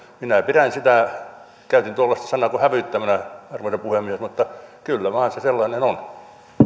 minä pidän sitä käytän tuollaista sanaa hävyttömänä arvoisa puhemies mutta kyllä se vain sellaista on